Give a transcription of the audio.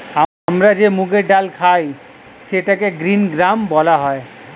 আমরা যে মুগের ডাল খাই সেটাকে গ্রীন গ্রাম বলা হয়